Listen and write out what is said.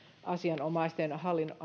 asianomaisten